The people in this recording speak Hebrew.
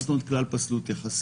מה זה כלל פסלות יחסי?